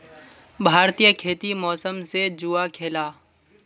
भारतीय खेती मौसम से जुआ खेलाह